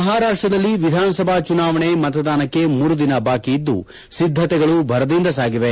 ಮಹಾರಾಷ್ಷದಲ್ಲಿ ವಿಧಾನಸಭಾ ಚುನಾವಣೆ ಮತದಾನಕ್ಕೆ ಮೂರು ದಿನ ಬಾಕಿ ಇದ್ದು ಸಿದ್ದತೆಗಳು ಭರದಿಂದ ಸಾಗಿವೆ